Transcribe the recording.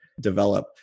develop